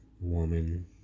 woman